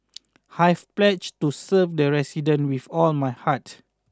I've pledged to serve the resident with all my heart